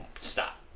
Stop